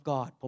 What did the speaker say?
God